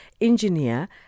engineer